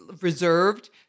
reserved